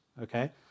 okay